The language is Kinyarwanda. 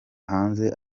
hanze